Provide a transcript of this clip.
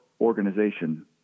organization